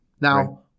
Now